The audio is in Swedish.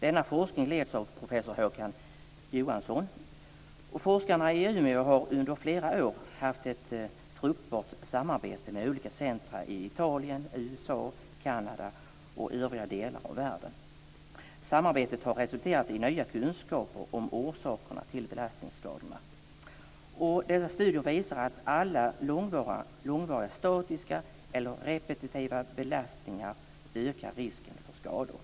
Denna forskning leds av professor Håkan Johansson, och forskarna i Umeå har under flera år haft ett fruktbart samarbete med olika centrum i Italien, USA, Kanada och övriga delar av världen. Samarbetet har resulterat i nya kunskaper om orsakerna till belastningsskador. Dessa studier visar att alla långvariga statiska eller repetitiva belastningar ökar risken för skador.